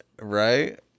Right